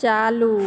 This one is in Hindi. चालू